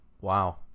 Wow